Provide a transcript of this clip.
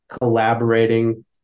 collaborating